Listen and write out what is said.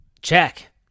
check